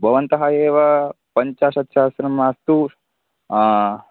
भवन्तः एव पञ्चाशत् सहस्रं मास्तु